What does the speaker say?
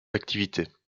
activités